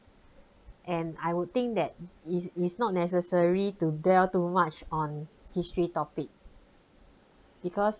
and I would think that it is not necessary to dwell too much on history topic because